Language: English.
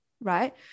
right